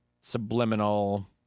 subliminal